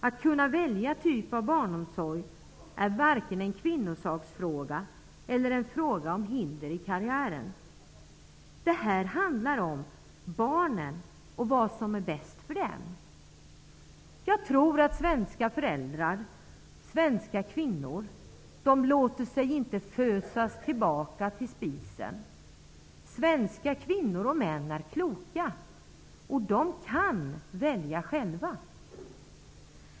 Att kunna välja typ av barnomsorg är varken en kvinnosaksfråga eller en fråga om hinder i karriären. Det här handlar om barnen och vad som är bäst för dem. Jag tror att svenska föräldrar och svenska kvinnor inte låter sig fösas tillbaka till spisen. Svenska kvinnor och män är kloka, och de kan välja själva.